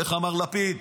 איך אמר לפיד,